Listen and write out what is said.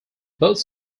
both